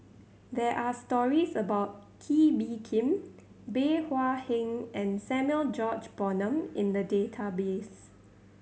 there are stories about Kee Bee Khim Bey Hua Heng and Samuel George Bonham in the database